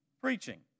preaching